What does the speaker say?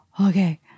okay